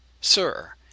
sir